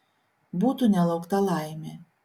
būtų nelaukta laimė